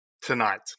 tonight